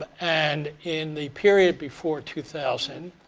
ah and in the period before two thousand,